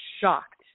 shocked